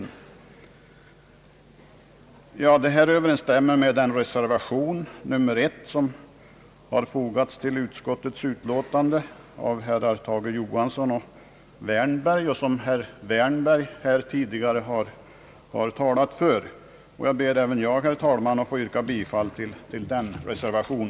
Vad jag här sagt överensstämmer med den reservation, nr 1, som har fogats till utskottets betänkande av herrar Tage Johansson och Wärnberg och som herr Wärnberg nyss har talat för. Jag ber även jag, herr talman, att få yrka bifall till denna reservation.